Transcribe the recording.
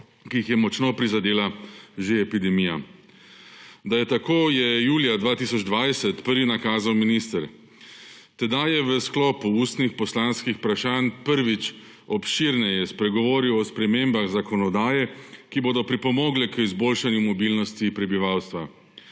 ki jih je močno prizadela že epidemija. Da je tako, je julija 2020, prvi nakazal minister. Tedaj je v sklopu ustnih poslanskih vprašanj prvič obširneje spregovoril o spremembah zakonodaje, ki bodo pripomogle k izboljšanju mobilnosti prebivalstva.